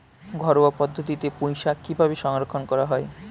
ঘরোয়া পদ্ধতিতে পুই শাক কিভাবে সংরক্ষণ করা হয়?